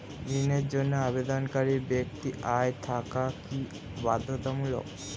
ঋণের জন্য আবেদনকারী ব্যক্তি আয় থাকা কি বাধ্যতামূলক?